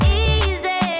easy